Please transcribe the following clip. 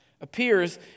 appears